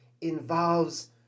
involves